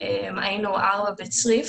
היינו ארבע בצריף,